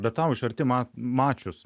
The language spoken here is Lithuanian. bet tau iš arti ma mačius